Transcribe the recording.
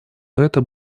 это